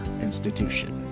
institution